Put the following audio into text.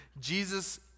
Jesus